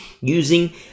using